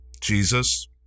Jesus